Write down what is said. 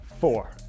four